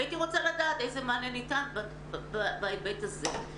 הייתי רוצה לדעת איזה מענה ניתן בהיבט הזה.